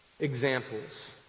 Examples